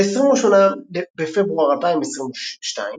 ב-28 בפברואר 2022,